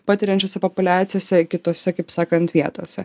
patiriančiose populiacijose kitose kaip sakant vietose